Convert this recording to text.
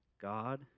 God